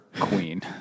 queen